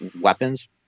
weapons